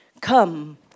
Come